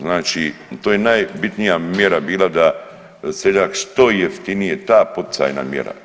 Znači to je najbitnija mjera bila da seljak što jeftinije ta poticajna mjera.